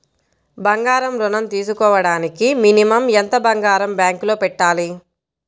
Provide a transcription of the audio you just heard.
బంగారం ఋణం తీసుకోవడానికి మినిమం ఎంత బంగారం బ్యాంకులో పెట్టాలి?